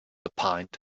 opined